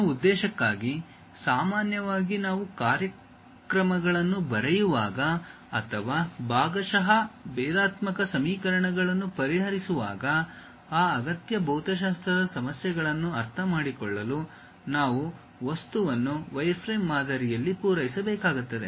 ಆ ಉದ್ದೇಶಕ್ಕಾಗಿ ಸಾಮಾನ್ಯವಾಗಿ ನಾವು ಕಾರ್ಯಕ್ರಮಗಳನ್ನು ಬರೆಯುವಾಗ ಅಥವಾ ಭಾಗಶಃ ಭೇದಾತ್ಮಕ ಸಮೀಕರಣಗಳನ್ನು ಪರಿಹರಿಸುವಾಗ ಆ ಅಗತ್ಯ ಭೌತಶಾಸ್ತ್ರದ ಸಮಸ್ಯೆಗಳನ್ನು ಅರ್ಥಮಾಡಿಕೊಳ್ಳಲು ನಾವು ವಸ್ತುವನ್ನು ವೈರ್ಫ್ರೇಮ್ ಮಾದರಿಯಲ್ಲಿ ಪೂರೈಸಬೇಕಾಗುತ್ತದೆ